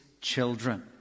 children